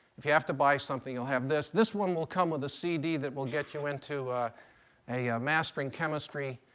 if you have to buy something, you'll have this. this one will come with a cd that will get you into a mastering chemistry,